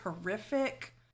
horrific